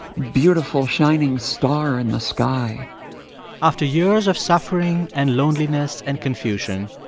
beautiful, shining star in the sky after years of suffering and loneliness and confusion,